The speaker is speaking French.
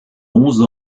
onze